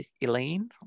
Elaine